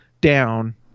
down